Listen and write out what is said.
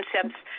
concepts